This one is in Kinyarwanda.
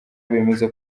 bemeza